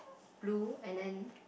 blue and then